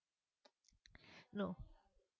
no